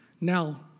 now